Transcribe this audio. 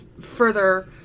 further